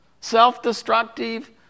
Self-destructive